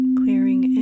clearing